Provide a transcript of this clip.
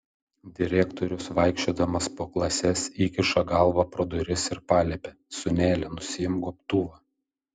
direktorius vaikščiodamas po klases įkiša galvą pro duris ir paliepia sūneli nusiimk gobtuvą